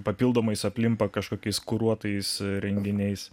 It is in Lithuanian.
papildomais aplimpa kažkokiais kuruotais renginiais